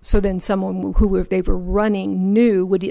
so then someone who if they were running new would